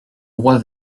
roi